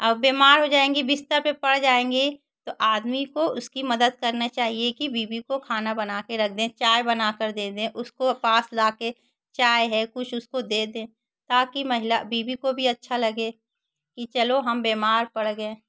अब बीमार हो जाएगी बिस्तर में पड़ जाएगी तो आदमी को उसकी मदद करनी चाहिए कि बीवी को खाना बनाकर रख दें चाय बना कर दे दें उसको पास लाकर चाय है कुछ उसको दे दें ताकि महिला बीवी को भी अच्छा लगे कि चलो हम बीमार पड़ गए